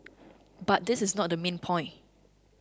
but this is not the main point